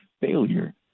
failure